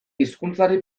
hizkuntzari